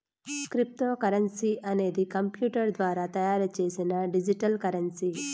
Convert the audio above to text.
cryptocurrency అనేది computer ద్వారా తయారు చేసిన డిజిటల్ కరెన్సీ